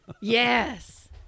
Yes